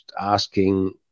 asking